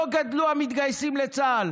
לא גדל מספר המתגייסים לצה"ל